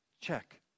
Check